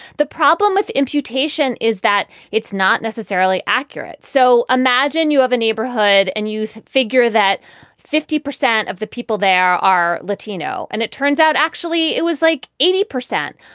the problem with imputation is that it's not necessarily accurate. so imagine you have a neighborhood and you figure that fifty percent of the people there are latino. and it turns out actually it was like eighty percent.